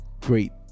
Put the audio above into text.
great